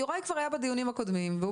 יוראי כבר היה בדיונים הקודמים והוא